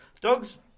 dogs